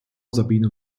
sabine